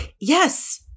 yes